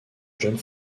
jeune